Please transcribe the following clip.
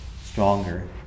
stronger